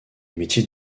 métiers